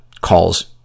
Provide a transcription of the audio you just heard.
calls